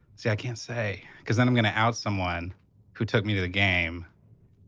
see, i can't say. cause then i'm gonna out someone who took me to the game.